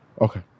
Okay